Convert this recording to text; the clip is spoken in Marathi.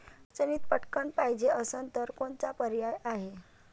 अडचणीत पटकण पायजे असन तर कोनचा पर्याय हाय?